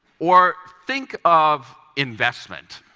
or think of investment.